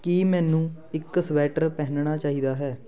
ਕੀ ਮੈਨੂੰ ਇੱਕ ਸਵੈਟਰ ਪਹਿਨਣਾ ਚਾਹੀਦਾ ਹੈ